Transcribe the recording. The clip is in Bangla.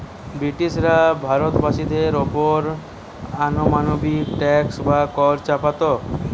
ব্রিটিশরা ভারতবাসীদের ওপর অমানবিক ট্যাক্স বা কর চাপাত